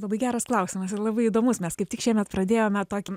labai geras klausimas ir labai įdomus mes kaip tik šiemet pradėjome tokį